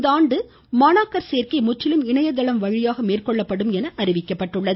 இந்த ஆண்டு மாணாக்கர் சேர்க்கை முற்றிலும் இணையதளம் வழியாக மேற்கொள்ளப்படும் என தெரிவிக்கப்பட்டுள்ளது